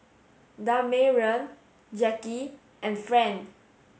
Damarion Jackie and Fran